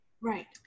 Right